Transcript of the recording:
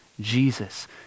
Jesus